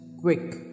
quick